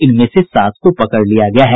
इसमें से सात को पकड़ लिया गया है